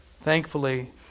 thankfully